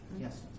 Yes